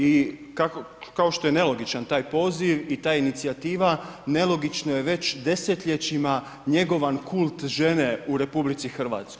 I kao što je nelogičan taj poziv i ta inicijativa, nelogično je već desetljećima njegovan kult žene u RH.